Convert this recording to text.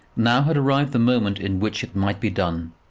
now had arrived the moment in which it might be done.